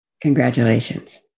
congratulations